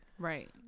Right